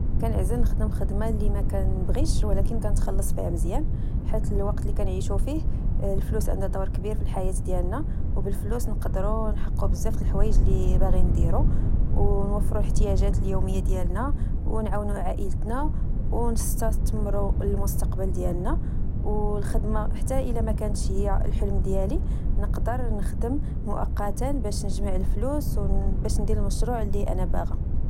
كنعزل نخدم خدمة لي مكنبغيش ولكن كنتخلص فيها مزيان، حيت الوقت اللي كنعيشو فيه، الفلوس عندها دور كبير فالحياة ديالنا. بالفلوس نقدر نحقق بزاف الحوايج اللي باغين نديرو، أو نوفرو الإحتياجات اليومية ديالنا ، ونعاونو عائلتنا، ونستتمرو المستقبل ديالنا، و الخدمة حتى إلا مكنتش هي الحلم ديالي، نقدر نخدم موقتاً باش نجمع الفلوس وباش ندير المشروع لأنا باغا